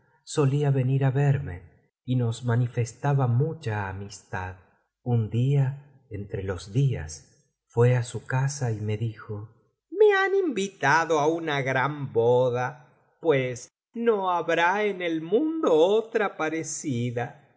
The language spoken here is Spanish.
solía venir á verme y nos manifestaba mucha amistad un día entre los días fué á su casa y me dijo me han invitado á una gran boda pues no habrá en el mundo otra parecida